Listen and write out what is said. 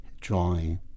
drawing